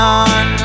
on